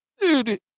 Dude